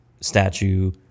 statue